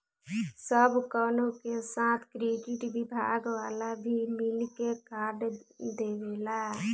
सब कवनो के साथ क्रेडिट विभाग वाला भी मिल के कार्ड देवेला